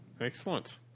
Excellent